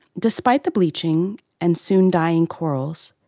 despite the bleaching and soon dying corals,